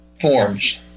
forms